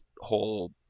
whole